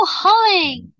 hauling